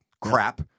crap